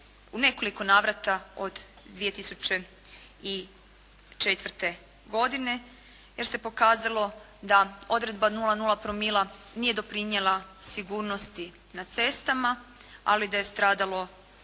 u nekoliko navrata od 2004. godine jer se pokazalo da odredba 0,0 promila nije doprinijela sigurnosti na cestama ali da je stradalo